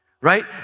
Right